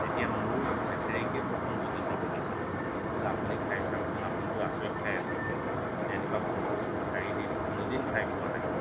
তেতিয়া মোৰ জেঠেৰিকেই প্ৰথম জুতি চাব দিছিলোঁ বোলে আপুনি খাই চাওকচোন আপুনিতো আচৰিত খাই আছে যে এনেকুৱা বৰকচু ঠাৰি দিটো কোনো দিন খাই পোৱা নাই